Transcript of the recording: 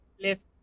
lift